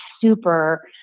super